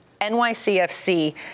NYCFC